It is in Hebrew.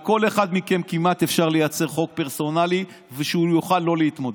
על כל אחד מכם כמעט אפשר לייצר חוק פרסונלי ושהוא לא יוכל להתמודד.